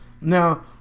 Now